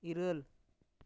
ᱤᱨᱟᱹᱞ